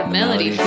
Melody